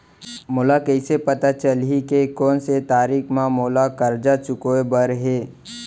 मोला कइसे पता चलही के कोन से तारीक म मोला करजा चुकोय बर हे?